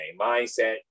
mindset